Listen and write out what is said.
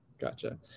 Gotcha